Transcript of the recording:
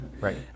Right